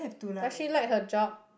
does she like her job